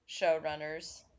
showrunners